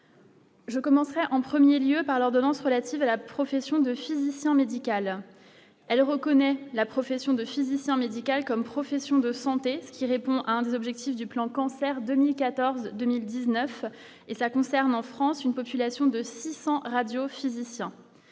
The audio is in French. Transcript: Je commencerai en 1er lieu par l'ordonnance relative à la profession de physicien médical, elle reconnaît la profession de physicien médical comme profession de santé, ce qui répond à un des objectifs du plan cancer 2014, 2019, et cela concerne en France une population de 600 radiophysiciens